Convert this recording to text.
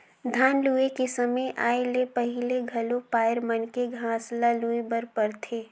धान लूए के समे आए ले पहिले घलो पायर मन के घांस ल लूए बर परथे